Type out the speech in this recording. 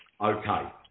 okay